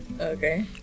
okay